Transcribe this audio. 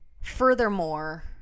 furthermore